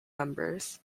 numbers